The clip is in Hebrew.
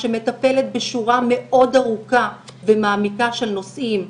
שמטפלת בשורה מאוד ארוכה ומעמיקה של נושאים,